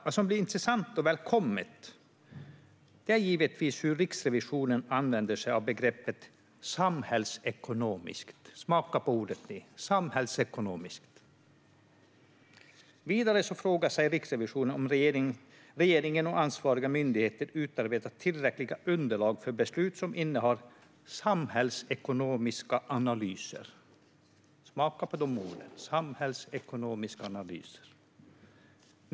Vad som är intressant och välkommet är givetvis hur Riksrevisionen använder sig av begreppet samhällsekonomiskt. Smaka på ordet - samhällsekonomiskt! Vidare frågar sig Riksrevisionen om regeringen och ansvariga myndigheter utarbetat tillräckliga underlag för beslut som innehar samhällsekonomiska analyser. Smaka på de orden - samhällsekonomiska analyser!